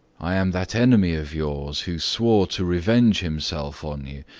i am that enemy of yours who swore to revenge himself on you,